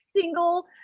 single